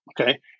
Okay